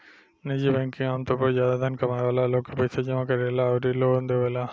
निजी बैंकिंग आमतौर पर ज्यादा धन कमाए वाला लोग के पईसा जामा करेला अउरी लोन देवेला